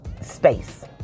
space